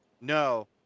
No